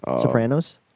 Sopranos